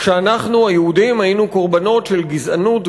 כשאנחנו היהודים היינו קורבנות של גזענות,